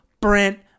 Brent